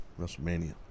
WrestleMania